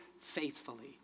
faithfully